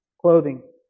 clothing